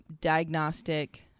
diagnostic